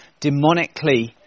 demonically